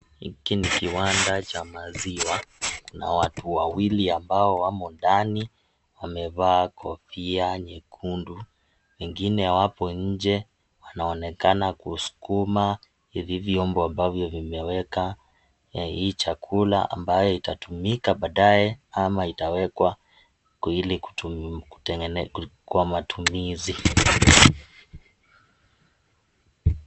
Hiki ni kiwanda cha maziwa, na watu wawili ambao wamo ndani wamevaa kofia nyekundu, wengine wapo nje wanaonekana kusukuma hivi vyombo ambavyo vimeweka ya hii chakula ambayo itatumika baadaye ama itawekwa kwa matumizi.